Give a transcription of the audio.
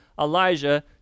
Elijah